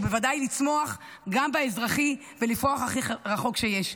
ובוודאי לצמוח גם באזרחי ולפרוח הכי רחוק שיש.